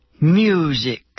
music